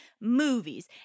movies